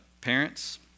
Parents